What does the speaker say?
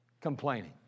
Complaining